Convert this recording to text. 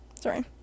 Sorry